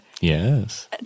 Yes